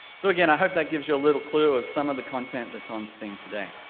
so again, i hope that gives you a little clue of some of the content that's on steam today.